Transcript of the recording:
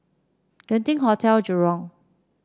Genting Hotel Jurong